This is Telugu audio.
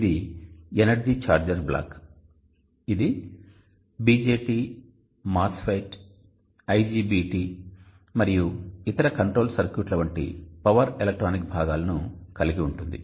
ఇది ఎనర్జీ ఛార్జర్ బ్లాక్ ఇది BJT MOSFET IGBT మరియు ఇతర కంట్రోల్ సర్క్యూట్స్ వంటి పవర్ ఎలక్ట్రానిక్ భాగాలను కలిగి ఉంటుంది